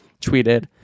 tweeted